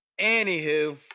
Anywho